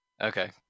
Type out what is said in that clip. Okay